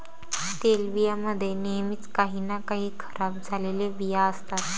तेलबियां मध्ये नेहमीच काही ना काही खराब झालेले बिया असतात